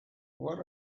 what